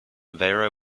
vera